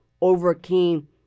overcame